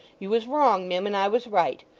you was wrong, mim, and i was right.